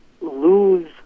lose